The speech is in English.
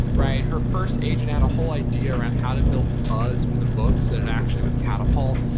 right? her first agent had a whole idea around how to build buzz for the books, that it actually would catapult.